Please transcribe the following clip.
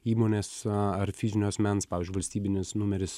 įmonės a ar fizinio asmens pavyzdžiui valstybinis numeris